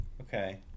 Okay